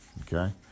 okay